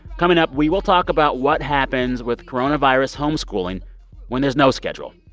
coming up, we will talk about what happens with coronavirus homeschooling when there's no schedule.